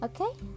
okay